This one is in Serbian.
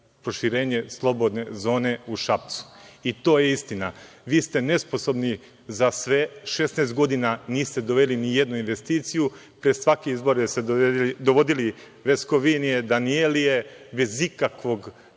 proširenje slobodne zone u Šapcu. To je istina. Vi ste nesposobni za sve. Šesnaest godina niste doveli nijednu investiciju. Pred svake izbore ste dovodili „Veskovinije“, „Danijelije“ bez ikakve